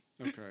Okay